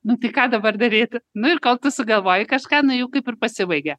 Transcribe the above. nu tai ką dabar daryti nu ir kol tu sugalvoji kažką nu jau kaip ir pasibaigia